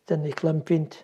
tenai klampint